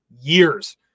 years